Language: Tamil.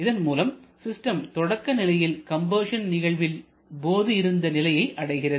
இதன்மூலம் சிஸ்டம் தொடக்க நிலையில் கம்ப்ரஸன் நிகழ்வின் போது இருந்த நிலையை அடைகிறது